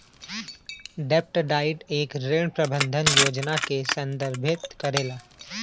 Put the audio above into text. डेब्ट डाइट एक ऋण प्रबंधन योजना के संदर्भित करेला